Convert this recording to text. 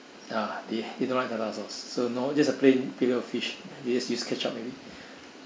ah they they don't want tartar sauce so no just a plain filet O fish they just use ketchup only